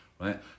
right